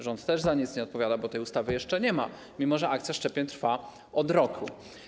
Rząd też za nic nie odpowiada, bo tej ustawy jeszcze nie ma, mimo że akcja szczepień trwa od roku.